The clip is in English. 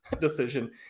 decision